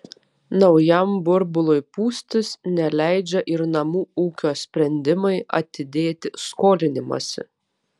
naujam burbului pūstis neleidžia ir namų ūkio sprendimai atidėti skolinimąsi